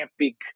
epic